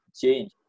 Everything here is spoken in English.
change